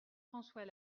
françois